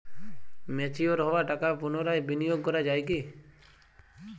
Mature হওয়া টাকা পুনরায় বিনিয়োগ করা য়ায় কি?